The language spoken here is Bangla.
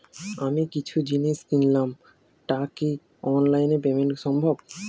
আমি কিছু জিনিস কিনলাম টা কি অনলাইন এ পেমেন্ট সম্বভ?